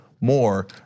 more